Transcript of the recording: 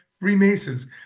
Freemasons